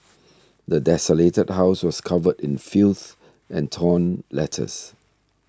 the desolated house was covered in filth and torn letters